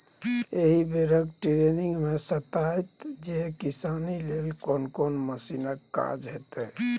एहि बेरक टिरेनिंग मे बताएत जे किसानी लेल कोन कोन मशीनक काज हेतै